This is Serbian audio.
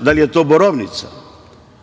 da li je to borovnica?